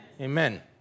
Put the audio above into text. Amen